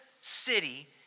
city